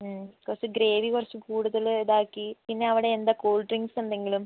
അ കുറച്ച് ഗ്രേവി കുറച്ച് കൂടുതൽ ഇതാക്കി പിന്നെ അവിടെ എന്താ കൂൾ ഡ്രിങ്ക്സ് എന്തെങ്കിലും